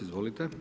Izvolite.